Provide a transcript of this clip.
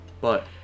but-